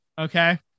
okay